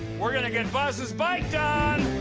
we're gonna get buzz's bike done!